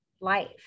life